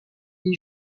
est